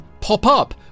Pop-Up